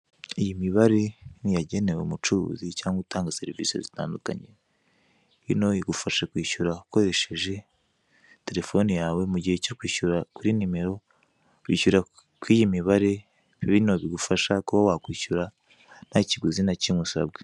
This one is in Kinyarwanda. Iyi mibare ni iyagenewe umucuruzi cyangwa utanga serivise zitandukanye, ino igufasha kwishyura ukoresheje telefone yawe, mu gihe cyo kwishyura kuri nimero, wishyura ku iyi mibare binagufasha kuba wakwishyura ntakiguzi na kimwe usabwe.